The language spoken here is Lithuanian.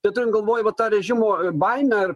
tai turint galvoj va tą režimo baimę ar